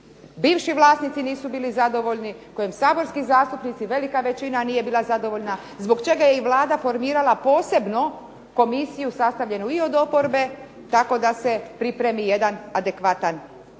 bivši vlasnici nisu bili zadovoljni, kojem saborski zastupnici velika većina nije bila zadovoljna, zbog čega je Vlada formirala posebno komisiju sastavljenu i od oporbe kako da se pripremi jedan adekvatan u